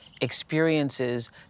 experiences